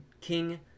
King